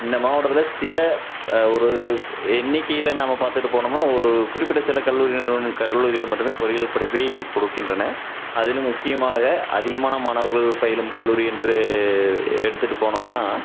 இந்த மாவட்டத்தில் சில ஒரு எண்ணிக்கையில் நம்ம பார்த்துட்டு போனோம்னா ஒரு குறிப்பிட்ட சில கல்லூரி நிறுவனம் கல்லூரிகளில் மட்டுமே பொறியியல் படிப்பை கொடுக்கின்றன அதிலும் முக்கியமாக அதிகமான மாணவர்கள் பயிலும் கல்லூரி என்று எடுத்துட்டு போனோம்னா